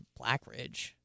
Blackridge